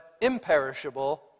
imperishable